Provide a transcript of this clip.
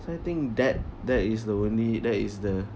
so I think that that is the only that is the